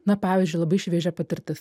na pavyzdžiui labai šviežia patirtis